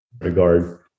regard